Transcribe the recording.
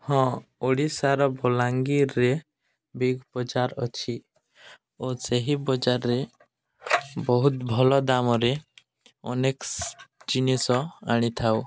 ହଁ ଓଡ଼ିଶାର ବଲାଙ୍ଗୀର୍ରେ ବିଗ୍ ବଜାର ଅଛି ଓ ସେହି ବଜାରରେ ବହୁତ ଭଲ ଦାମରେ ଅନେକ ଜିନିଷ ଆଣିଥାଉ